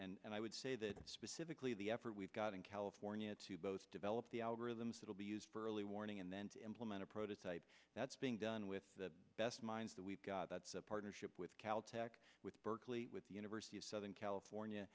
absolutely and i would say that specifically the effort we've got in california to both develop the algorithms that will be used for early warning and then to implement a prototype that's being done with the best minds that we've got a partnership with cal tech with berkeley with the university of southern california